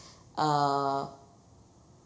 uh